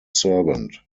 servant